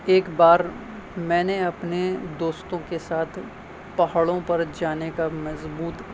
ایک بار میں نے اپنے دوستوں کے ساتھ پہاڑوں پر جانے کا مضبوط